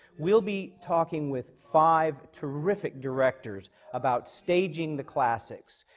we'll be talking with five terrific directors about staging the classics,